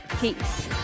peace